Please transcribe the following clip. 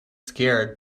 scared